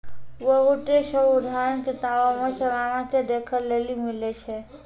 बहुते सभ उदाहरण किताबो मे सलाना के देखै लेली मिलै छै